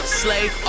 slave